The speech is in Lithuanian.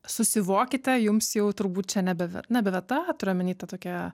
susivokite jums jau turbūt čia nebe nebe vieta turiu omeny ta tokia